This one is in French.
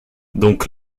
donc